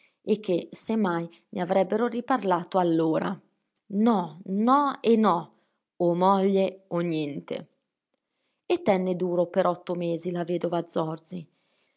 e che se mai ne avrebbero riparlato allora no no e no o moglie o niente e tenne duro per otto mesi la vedova zorzi